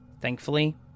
Thankfully